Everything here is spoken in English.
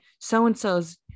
so-and-so's